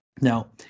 Now